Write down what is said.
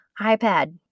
iPad